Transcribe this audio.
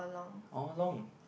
how long